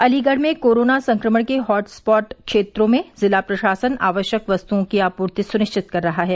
अलीगढ़ में कोरोना संक्रमण के हॉटस्पॉट क्षेत्रों में जिला प्रशासन आवश्यक वस्तुओं की आपूर्ति सुनिश्चित कर रहा है